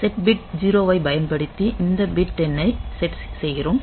set bit 0 ஐப் பயன்படுத்தி இந்த பிட் எண் ஐ செட் செய்கிறோம்